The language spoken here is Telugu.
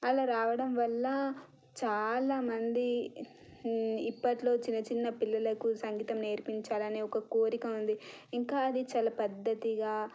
అలా రావడం వల్ల చాలా మంది ఇప్పట్లో వచ్చిన చిన్న పిల్లలకు సంగీతం నేర్పించాలని ఒక కోరిక ఉంది ఇంకా అది చాలా పద్ధతిగా